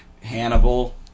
hannibal